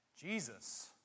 Jesus